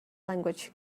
language